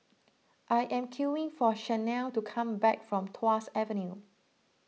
I am queing for Chanelle to come back from Tuas Avenue